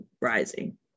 rising